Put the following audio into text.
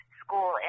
school